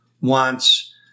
wants